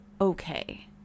okay